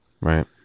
Right